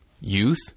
youth